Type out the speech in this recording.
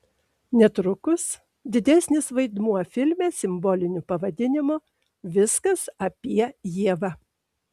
netrukus didesnis vaidmuo filme simboliniu pavadinimu viskas apie ievą